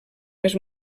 més